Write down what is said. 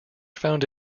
found